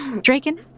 Draken